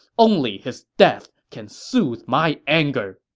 only his death can soothe my anger!